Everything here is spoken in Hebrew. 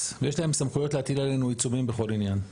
ויש להם סמכויות להטיל עלינו עיצומים בכל עניין.